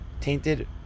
tainted